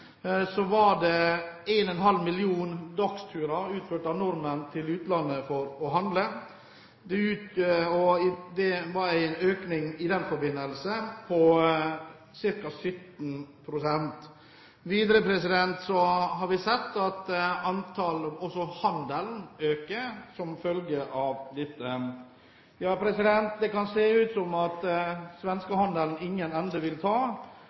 var nordmenn på 1,5 millioner dagsturer til utlandet for å handle. Det var en økning på ca. 18 pst. Videre har vi sett at også handelen øker som følge av dette. Det kan se ut som om svenskehandelen ingen ende vil ta.